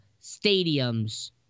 stadiums